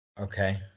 Okay